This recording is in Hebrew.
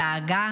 דאגה